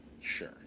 Sure